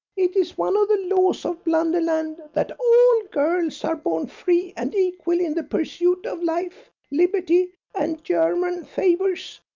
it is one of the laws of blunderland that all girls are born free and equal in the pursuit of life, liberty and german favours,